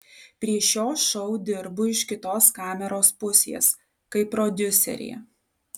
prie šio šou dirbu iš kitos kameros pusės kaip prodiuserė